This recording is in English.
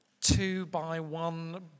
two-by-one